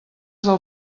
del